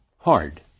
Hard